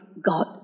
God